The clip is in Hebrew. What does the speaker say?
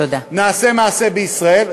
נעשה מעשה בישראל.